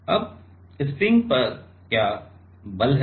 offspring पर क्या बल है